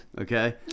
Okay